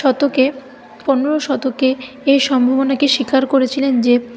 শতকে পনেরো শতকে এই সম্ভবনাকে স্বীকার করেছিলেন যে